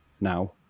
now